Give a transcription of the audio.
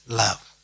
love